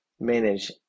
manage